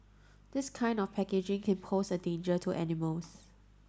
this kind of packaging can pose a danger to animals